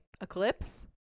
Eclipse